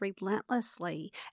relentlessly